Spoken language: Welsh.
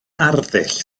arddull